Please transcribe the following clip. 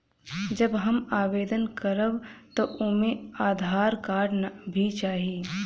जब हम आवेदन करब त ओमे आधार कार्ड भी चाही?